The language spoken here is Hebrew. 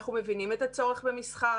אנחנו מבינים את הצורך במסחר,